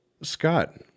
Scott